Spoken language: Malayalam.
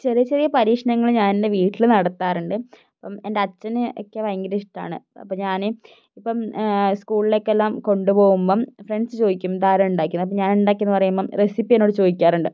ചെറിയ ചെറിയ പരീക്ഷണങ്ങൾ ഞാൻ എൻ്റെ വീട്ടിൽ നടത്താറുണ്ട് അപ്പം എൻ്റെ അച്ഛന് ഒക്കെ ഭയങ്കര ഇഷ്ടമാണ് അപ്പോൾ ഞാൻ ഇപ്പം സ്കൂളിലേക്കെല്ലാം കൊണ്ടുപോവുമ്പം ഫ്രണ്ട്സ് ചോദിക്കും ഇതാരാണ് ഉണ്ടാക്കിയതെന്ന് അപ്പോൾ ഞാനാണ് ഉണ്ടാക്കിയതെന്നു പറയുമ്പം റെസിപ്പി എന്നോട് ചോദിക്കാറുണ്ട്